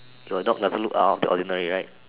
your dog doesn't look out of the ordinary right